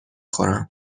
خورم